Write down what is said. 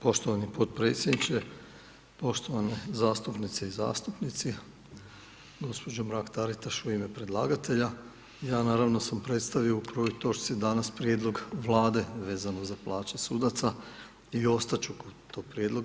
Poštovani podpredsjedniče, poštovane zastupnice i zastupnici, gospođo Mrak-Taritaš u ime predlagatelja, ja naravno sam predstavio u prvoj točci danas prijedlog Vlade vezano za plaće sudaca i ostat ću kod tog prijedloga.